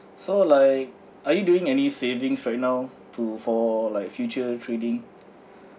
so like are you doing any savings right now to for like future trading